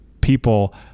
people